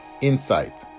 insight